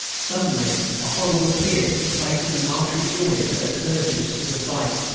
suddenly a horrible fear took the place of the martial joy that had urged us to the fight.